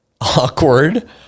Awkward